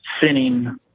sinning